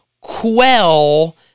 quell